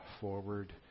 forward